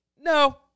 no